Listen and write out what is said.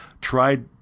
tried